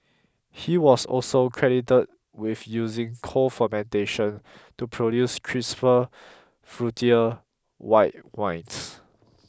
he was also credited with using cold fermentation to produce crisper fruitier white wines